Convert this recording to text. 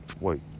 Wait